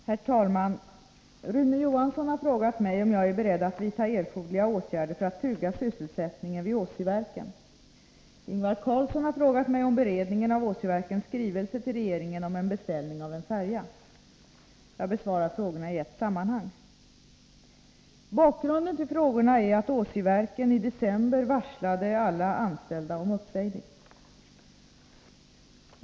Herr talman! Rune Johansson har frågat mig om jag är beredd att vidta erforderliga åtgärder för att trygga sysselsättningen vid Åsiverken. Ingvar Karlsson i Bengtsfors har frågat mig om beredningen av Åsiverkens skrivelse till regeringen om en beställning av en färja. Jag besvarar frågorna i ett sammanhang. Bakgrunden till frågorna är att Åsiverken i december varslade alla anställda om uppsägning.